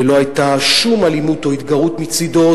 ולא היתה שום אלימות או התגרות מצדו.